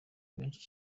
benshi